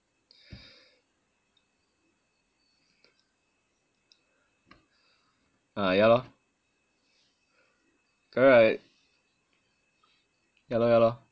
ah yah lor correct yah lor yah lor